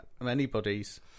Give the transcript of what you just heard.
Anybody's